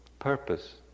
purpose